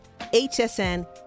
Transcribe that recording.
HSN